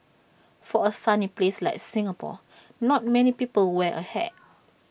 for A sunny place like Singapore not many people wear A hat